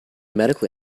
medical